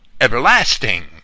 everlasting